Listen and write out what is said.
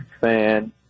fan